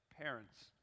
parents